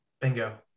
bingo